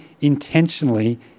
intentionally